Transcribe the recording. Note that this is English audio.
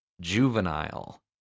juvenile